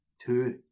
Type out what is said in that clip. two